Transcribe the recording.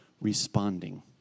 responding